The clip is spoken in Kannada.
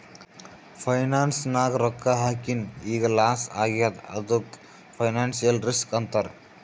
ಫೈನಾನ್ಸ್ ನಾಗ್ ರೊಕ್ಕಾ ಹಾಕಿನ್ ಈಗ್ ಲಾಸ್ ಆಗ್ಯಾದ್ ಅದ್ದುಕ್ ಫೈನಾನ್ಸಿಯಲ್ ರಿಸ್ಕ್ ಅಂತಾರ್